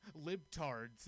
libtards